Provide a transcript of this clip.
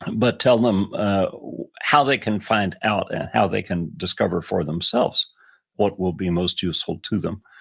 but tell them how they can find out and how they can discover for themselves what will be most useful to them.